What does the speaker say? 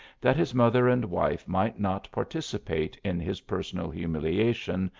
that his mother and wife might not participate in his personal humiliation,